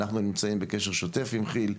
אנחנו נמצאים בקשר שוטף עם כיל,